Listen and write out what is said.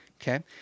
Okay